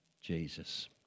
Jesus